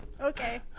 Okay